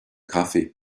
coffee